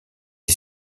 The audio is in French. est